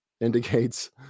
indicates